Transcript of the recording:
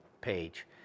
page